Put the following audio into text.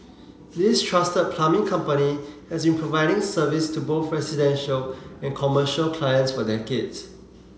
this trusted plumbing company has been providing service to both residential and commercial clients for decades